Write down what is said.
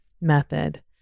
method